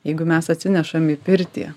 jeigu mes atsinešam į pirtį